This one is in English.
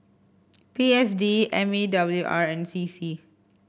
P S D M E W R and C C